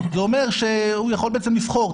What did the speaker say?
זה אומר שהוא יכול בעצם לבחור,